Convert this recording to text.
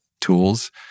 tools